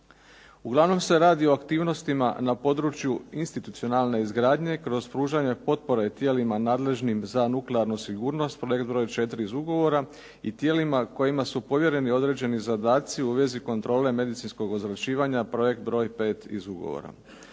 Uglavnom se radi o aktivnostima na području institucionalne izgradnje kroz pružanje potpore tijelima nadležnim za nuklearnu sigurnost, …/Govornik se ne razumije./… broj 4 iz ugovora i tijelima kojima su povjereni određeni zadaci u vezi kontrole medicinskog ozračivanja projekt broj 5 iz ugovora.